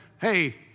hey